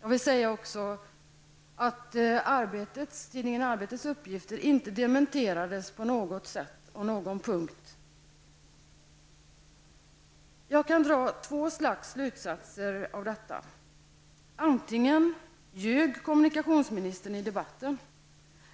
Jag vill även säga att tidningen Arbetets uppgifter inte på någon punkt dementerades. Jag kan dra två slags slutsatser av detta. Antingen ljög kommunikationsministern i debatten,